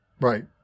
Right